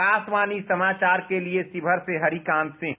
आकाशवाणी समाचार के लिए शिवहर से हरिकांत सिंह